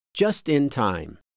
Just-in-time